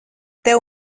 tev